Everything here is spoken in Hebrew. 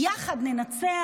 יחד ננצח.